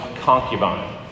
concubine